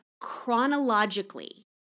chronologically